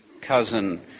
cousin